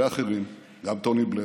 ולאחרים, גם טוני בלייר,